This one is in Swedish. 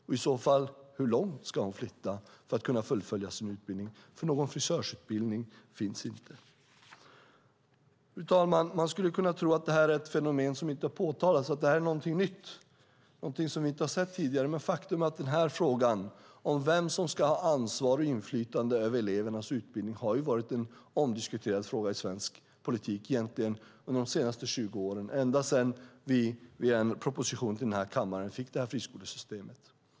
Och i så fall: Hur långt ska hon flytta för att kunna fullfölja sin utbildning? För någon frisörutbildning finns inte. Fru talman! Man skulle kunna tro att det här är ett fenomen som inte har påtalats, att det här är någonting nytt, någonting som vi inte har sett tidigare. Men faktum är att frågan om vem som ska ha ansvar för och inflytande över elevernas utbildning egentligen har varit en omdiskuterad fråga i svensk politik under de senaste 20 åren, ända sedan vi via en proposition till den här kammaren fick det här friskolesystemet.